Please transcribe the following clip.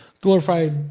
glorified